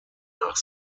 nach